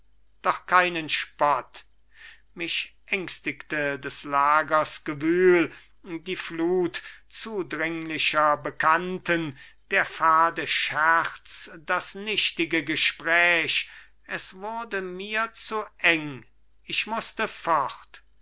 doch keinen spott mich ängstigte des lagers gewühl die flut zudringlicher bekannten der fade scherz das nichtige gespräch es wurde mir zu eng ich mußte fort